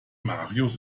marius